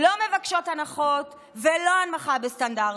לא מבקשות הנחות ולא הנמכה בסטנדרטים.